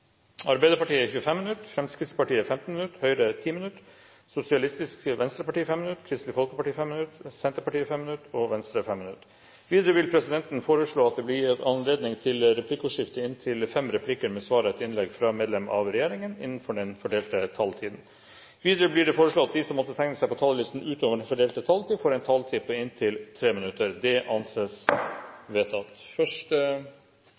Arbeiderpartiet 25 minutter, Fremskrittspartiet 15 minutter, Høyre 10 minutter, Sosialistisk Venstreparti 5 minutter, Kristelig Folkeparti 5 minutter, Senterpartiet 5 minutter og Venstre 5 minutter. Videre vil presidenten foreslå at det blir gitt anledning til replikkordskifte på inntil fem replikker med svar etter innlegg fra medlem av regjeringen innenfor den fordelte taletid. Videre blir det foreslått at de som måtte tegne seg på talerlisten utover den fordelte taletid, får en taletid på inntil 3 minutter. – Det anses